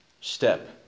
step